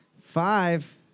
five